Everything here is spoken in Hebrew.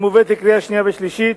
קריאה שנייה ושלישית.